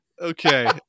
Okay